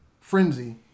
frenzy